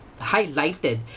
highlighted